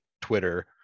Twitter